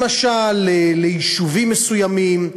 למשל ליישובים מסוימים,